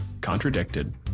contradicted